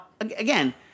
again